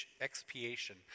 expiation